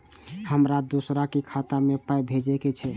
हमरा दोसराक खाता मे पाय भेजे के छै?